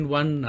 one